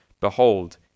Behold